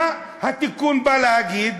מה התיקון בא להגיד?